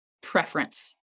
preference